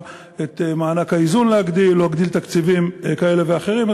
להגדיל את מענק האיזון או להגדיל תקציבים כאלה ואחרים,